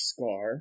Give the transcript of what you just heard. Scar